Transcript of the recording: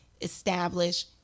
Establish